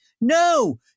no